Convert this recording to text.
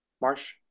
Marsh